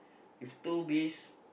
with two bees